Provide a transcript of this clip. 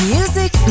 Music